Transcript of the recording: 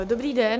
Dobrý den.